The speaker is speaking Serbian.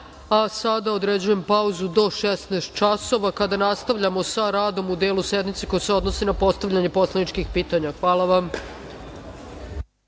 časova. Sada određujem pauzu do 16.00 časova, kada nastavljamo sa radom u delu sednice koji se odnosi na postavljanje poslaničkih pitanja. Hvala